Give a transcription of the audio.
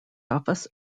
office